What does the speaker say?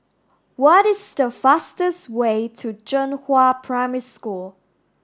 what is the fastest way to Zhenghua Primary School